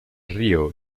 río